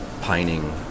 pining